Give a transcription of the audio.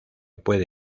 puede